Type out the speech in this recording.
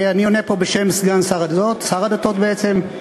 אני עונה פה בשם סגן שר הדתות, שר הדתות בעצם: